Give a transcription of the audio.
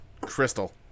Crystal